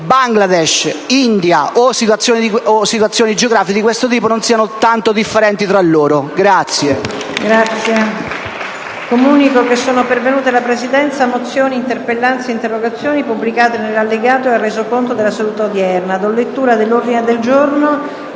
Bangladesh, India o situazioni geografiche di questo tipo non siano tanto differenti tra loro.